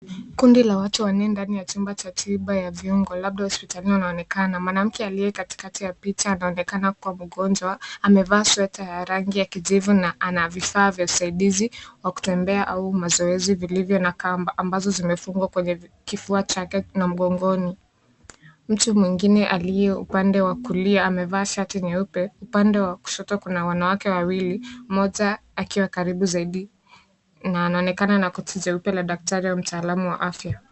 Kundi cha watu wanne ndani ya tiba cha viungo labda hospitalini wanaonekana. Mwanamke aliye katikati ya picha anaonekana kuwa mgonjwa. Amevaa sweta ya rangi ya kijivu na ana vifaa vya usaidiza wa kutembea au mazoezi vilivyo na kamba ambayo vimefungwa kwenye kifua chake na mgongoni. Mtu mwengine aliye upande wa kulia amevaa shati nyeupe. Upande wa kushoto kuna wanawake wawili mmoja akiwa karibu zaidi na anaonekana na koti la daktari au mtaalamu wa afya.